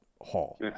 Hall